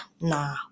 nah